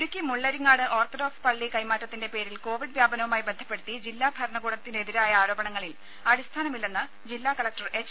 Idukki Mullaringad orthodox പള്ളി കൈമാറ്റത്തിന്റെ പേരിൽ കോവിഡ് വ്യാപനവുമായി ബന്ധപ്പെടുത്തി ജില്ലാ ഭരണകൂടത്തിനെതിരായ ആരോപണങ്ങളിൽ അടിസ്ഥാനമില്ലെന്ന് ജില്ലാ കലക്ടർ എച്ച്